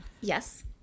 Yes